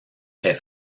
est